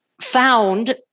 Found